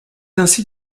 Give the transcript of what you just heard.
ainsi